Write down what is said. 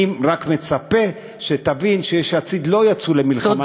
אני רק מצפה שתבין שיש עתיד לא יצאו למלחמה נגדך,